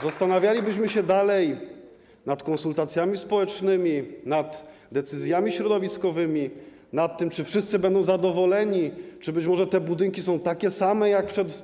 Zastanawialibyśmy się dalej nad konsultacjami społecznymi, nad decyzjami środowiskowymi, nad tym, czy wszyscy będą zadowoleni, czy być może te budynki są takie same jak przed